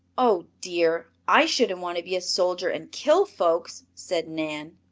oh, dear, i shouldn't want to be a soldier and kill folks, said nan.